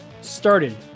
started